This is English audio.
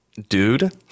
dude